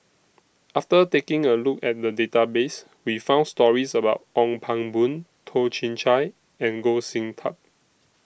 after taking A Look At The Database We found stories about Ong Pang Boon Toh Chin Chye and Goh Sin Tub